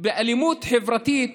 באלימות חברתית,